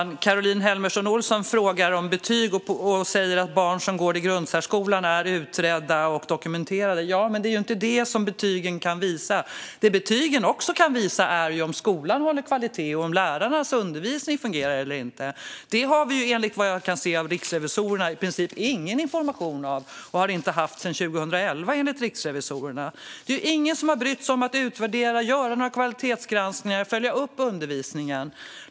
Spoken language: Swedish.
Fru talman! Caroline Helmersson Olsson frågar om betyg och säger att barn som går i grundsärskolan är utredda och dokumenterade. Men det är inte det som betygen kan visa. Betygen kan visa om skolan håller kvaliteten och om lärarnas undervisning fungerar eller inte. Det har vi enligt vad vi kan se av riksrevisorernas rapport i princip ingen information om och har inte haft sedan 2011. Det är ingen som har brytt sig om att utvärdera, göra några kvalitetsgranskningar eller följa upp undervisningen.